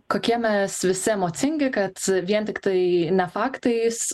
kokie mes visi emocingi kad vien tiktai ne faktais